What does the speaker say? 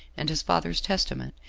and his father's testament,